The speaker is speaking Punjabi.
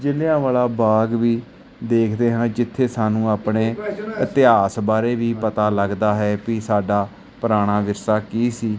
ਜਲ੍ਹਿਆਂਵਾਲਾ ਬਾਗ਼ ਵੀ ਦੇਖਦੇ ਹਾਂ ਜਿੱਥੇ ਸਾਨੂੰ ਆਪਣੇ ਇਤਿਹਾਸ ਬਾਰੇ ਵੀ ਪਤਾ ਲੱਗਦਾ ਹੈ ਭਈ ਸਾਡਾ ਪੁਰਾਣਾ ਵਿਰਸਾ ਕੀ ਸੀ